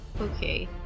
Okay